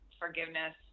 forgiveness